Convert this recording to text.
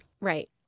Right